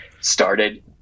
started